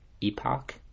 Epoch